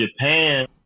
Japan